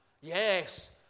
Yes